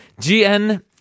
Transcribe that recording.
GN